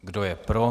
Kdo je pro?